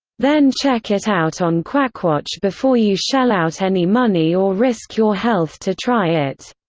then check it out on quackwatch before you shell out any money or risk your health to try it.